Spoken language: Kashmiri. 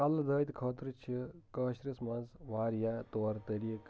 کَلہٕ دٲدۍ خٲطرٕ چھِ کٲشرِس منٛز واریاہ طور طٔریٖق